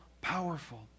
powerful